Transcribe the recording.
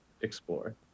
explore